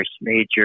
major